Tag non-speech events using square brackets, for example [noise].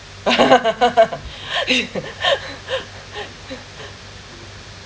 [laughs] [breath]